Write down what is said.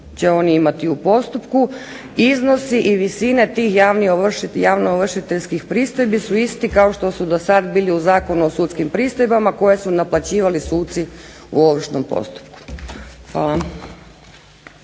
će oni imati u postupku iznosi i visine tih javnoovršiteljskih pristojbi su isti kao što su dosad bili u Zakonu o sudskim pristojbama koje su naplaćivali suci u ovršnom postupku. Hvala.